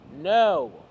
no